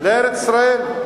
לארץ-ישראל.